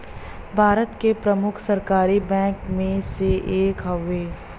भारत के प्रमुख सरकारी बैंक मे से एक हउवे